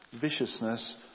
viciousness